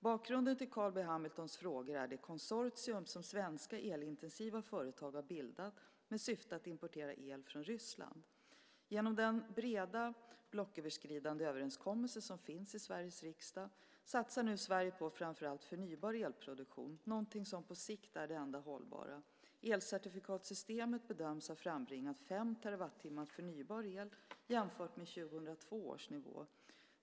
Bakgrunden till Carl B Hamiltons frågor är det konsortium, som svenska elintensiva företag har bildat med syfte att importera el från Ryssland. Genom den breda blocköverskridande överenskommelse som finns i Sveriges riksdag satsar nu Sverige på framför allt förnybar elproduktion, något som på sikt är det enda hållbara. Elcertifikatsystemet bedöms ha frambringat fem terawattimmar förnybar el, jämfört med 2002 års nivå.